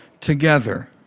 together